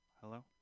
hello